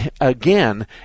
again